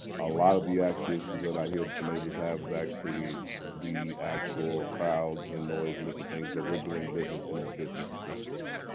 a lot of the actual issues that i hear that the neighbors have is actually the actual crowds and noise and different things. but we're doing business in a business district.